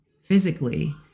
physically